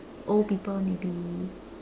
old people maybe